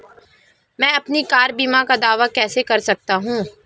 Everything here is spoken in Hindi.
मैं अपनी कार बीमा का दावा कैसे कर सकता हूं?